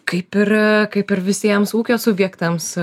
kaip ir kaip ir visiems ūkio subjektams